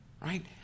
Right